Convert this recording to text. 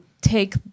take